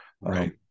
right